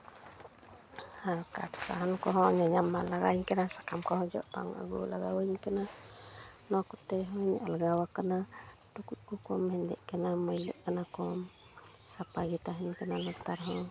ᱟᱨ ᱠᱟᱴᱷ ᱥᱟᱦᱟᱱ ᱠᱚᱦᱚᱸ ᱧᱟᱧᱟᱢ ᱵᱟᱝ ᱞᱟᱜᱟᱣᱤᱧ ᱠᱟᱱᱟ ᱥᱟᱠᱟᱢ ᱠᱚᱦᱚᱸ ᱡᱚᱜ ᱵᱟᱝ ᱟᱹᱜᱩ ᱞᱟᱜᱟᱣᱟᱧ ᱠᱟᱱᱟ ᱱᱚᱣᱟ ᱠᱚᱛᱮ ᱦᱩᱧ ᱟᱞᱜᱟᱣᱟᱠᱟᱱᱟ ᱴᱩᱠᱩᱡ ᱠᱚ ᱠᱚᱢ ᱦᱮᱸᱫᱮᱜ ᱠᱟᱱᱟ ᱢᱟᱹᱭᱞᱟᱹᱜ ᱠᱟᱱᱟ ᱠᱚᱢ ᱥᱟᱯᱟ ᱜᱮ ᱛᱟᱦᱮᱱ ᱠᱟᱱᱟ ᱞᱟᱛᱟᱨ ᱦᱚᱸ